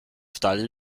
stall